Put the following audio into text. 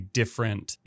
different